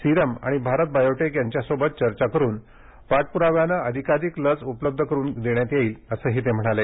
serum आणि भारत बायोटेक यांच्याशी चर्चा करून पाठपुराव्यानं आधिकाधिक लस उपलब्ध करून देण्यात येईल असंही त्यांनी सांगितलं